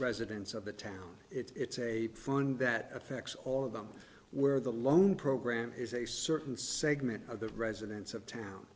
residents of the town it's a fund that affects all of them where the loan program is a certain segment of the residents of town